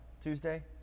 Tuesday